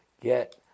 get